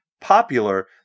popular